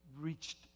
reached